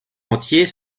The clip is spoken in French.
entier